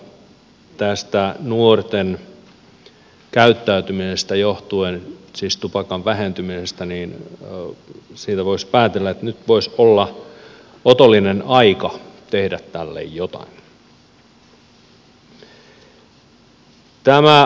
mutta tästä nuorten käyttäytymisestä johtuen siis tupakoinnin vähentymisestä voisi päätellä että nyt voisi olla otollinen aika tehdä tälle jotain